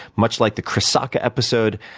much like the chris sacca episode,